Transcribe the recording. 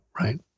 Right